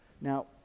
Now